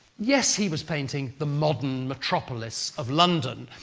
yes, he was painting the modern metropolis of london,